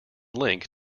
link